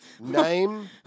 Name